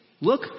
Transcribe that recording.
look